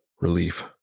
Relief